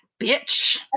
bitch